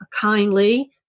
kindly